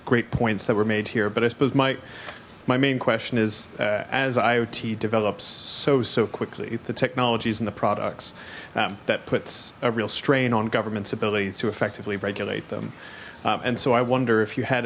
great points that were made here but i suppose my my main question is as iot develops so so quickly the technologies and the products that puts a real strain on government's ability to effectively regulate them and so i wonder if you had